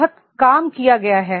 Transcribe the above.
बहुत काम किया गया है